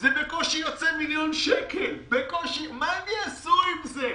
הם יעשו עם זה?